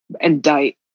indict